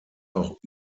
auch